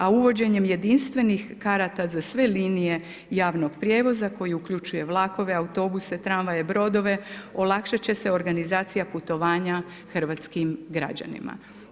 A uvođenjem jedinstvenim karata za sve linije javnog prijevoza, koji uključuje, vlakove, autobuse, tramvaje, brodove, olakšati će se organizacija putovanja hrvatskim građanima.